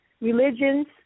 religions